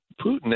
Putin